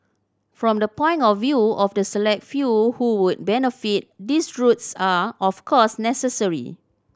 from the point of view of the select few who would benefit these routes are of course necessary